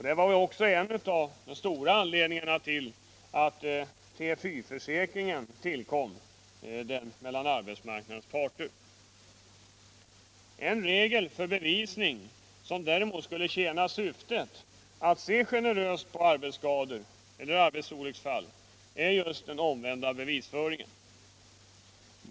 Detta var en av de stora anledningarna till att TFY-försäkringen tillkom genom avtal mellan arbetsmarknadens parter. En regel för bevisning som däremot skulle tjäna syftet att se generöst på arbetsskador eller arbetsolycksfall är omvänd bevisföring.